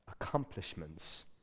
accomplishments